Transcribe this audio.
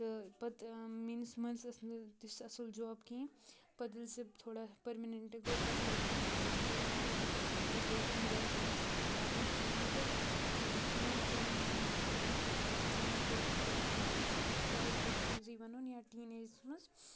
تہٕ پَتہٕ میٛٲنِس مٲلِس ٲس نہٕ تِژھ اَصٕل جاب کِہیٖنۍ پَتہٕ ییٚلہِ سُہ تھوڑا پٔرمِنٮ۪نٛٹ گوٚو پَتہٕ لٲگۍ تِم پونٛسہٕ تہٕ زینٕنۍ تہٕ پَتہٕ لوگ تٔمۍ گَرَس تہِ اَصٕل پٲٹھۍ واتُن ہُہ یہِ تہٕ یِم اَمَے چَلینٛج چھِ مےٚ سۭتۍ گٔمٕتۍ یِم مےٚ فیس چھِ کٔرۍمٕتۍ پنٛنِس چایلڈ ہُڈَس منٛزٕے وَنُن یا ٹیٖن ایجَس منٛز